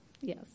Yes